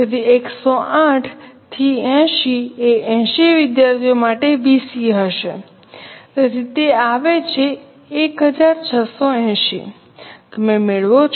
તેથી 108 થી 80 એ 80 વિદ્યાર્થીઓ માટે વીસી હશે તેથી તે આવે છે 1680 તમે મેળવો છો